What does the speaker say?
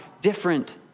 different